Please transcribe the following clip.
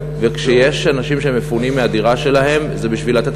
וכשאנשים מפונים מהדירה שלהם זה בשביל לתת